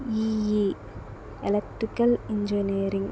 ee electrical engineering